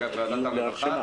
ועדת עבודה ורווחה,